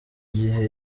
gihe